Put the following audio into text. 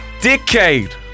decade